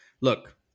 look